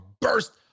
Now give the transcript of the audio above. burst